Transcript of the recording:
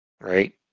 Right